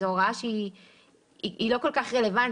זו הוראה שהיא לא כל כך רלוונטית.